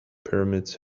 pyramids